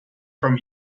from